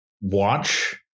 watch